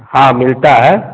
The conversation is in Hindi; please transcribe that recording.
हाँ मिलता है